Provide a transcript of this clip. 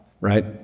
right